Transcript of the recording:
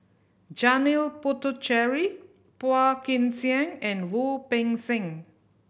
Janil Puthucheary Phua Kin Siang and Wu Peng Seng